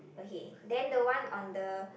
okay then the one on the